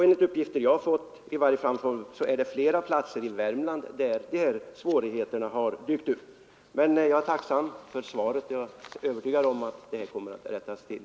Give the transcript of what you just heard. Enligt uppgifter jag har fått har dessa svårigheter dykt upp på flera platser i Värmland. Jag är tacksam för svaret. Jag är övertygad om att det här kommer att rättas till.